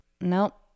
Nope